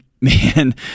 man